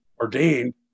ordained